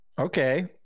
Okay